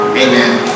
Amen